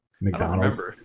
McDonald's